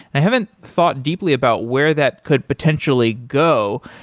and i haven't thought deeply about where that could potentially go.